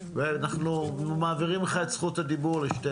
אנחנו יוצאים בסקרים לבסיסים שהם חשובים לנו בראייה של רציפות